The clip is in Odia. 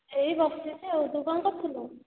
ଏଇ ବସିଛି ଆଉ ତୁ କ'ଣ କରୁଥିଲୁ